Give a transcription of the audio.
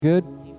good